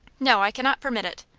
no i cannot permit it.